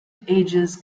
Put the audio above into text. ages